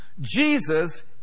Jesus